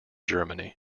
germany